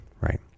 right